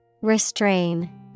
Restrain